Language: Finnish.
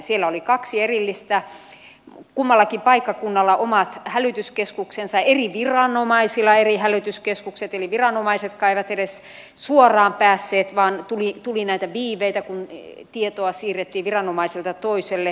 siellä oli kaksi erillistä hälytyskeskusta kummallakin paikkakunnalla omat eri viranomaisilla eri hälytyskeskukset eli viranomaisetkaan eivät edes suoraan päässeet sinne vaan tuli näitä viiveitä kun tietoa siirrettiin viranomaiselta toiselle